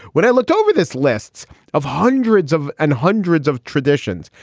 when i looked over this lists of hundreds of and hundreds of traditions,